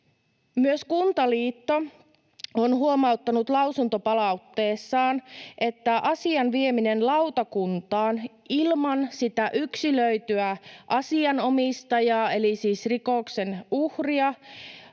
Myös Kuntaliitto on huomauttanut lausuntopalautteessaan, että asian vieminen lautakuntaan ilman sitä yksilöityä asianomistajaa, eli siis rikoksen uhria,